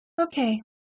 Okay